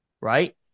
right